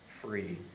free